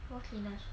what cleaners